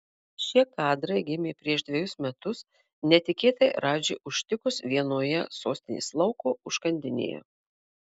šie kadrai gimė prieš dvejus metus netikėtai radži užtikus vienoje sostinės lauko užkandinėje